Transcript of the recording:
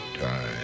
time